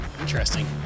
Interesting